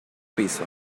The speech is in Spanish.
piso